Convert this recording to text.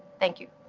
thank you.